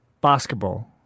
Basketball